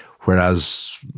Whereas